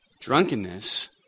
Drunkenness